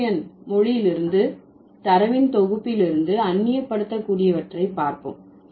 Tsimshian மொழியிலிருந்து தரவின் தொகுப்பிலிருந்து அந்நியப்படுத்த கூடியவற்றை பார்ப்போம்